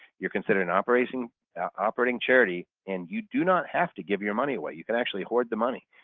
you're considered an operating operating charity and you do not have to give your money away. you actually hoard the money.